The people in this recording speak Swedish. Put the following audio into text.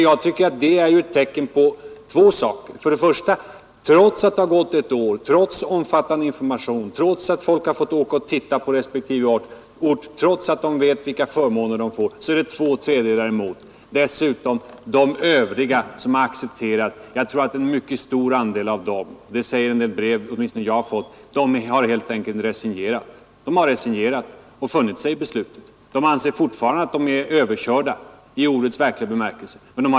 Jag tycker dock att det är ett dåligt tecken ty trots att det gått ett år, trots omfattande information, trots att de anställda har fått åka ut för att se på respektive ort och trots att de vet vilka förmåner de får, är det ändå två tredjedelar som är emot flyttningen. Dessutom tror jag att en mycket stor andel av dem som har accepterat en utflyttning helt enkelt har resignerat — det säger åtminstone en del brev som jag har fått. De har resignerat och funnit sig i beslutet, men de anser fortfarande att de har blivit överkörda i ordets verkliga bemärkelse.